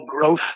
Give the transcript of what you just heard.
growth